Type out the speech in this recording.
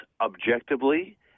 objectively